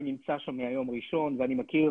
אני נמצא שם מהיום הראשון ואני מכיר